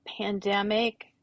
pandemic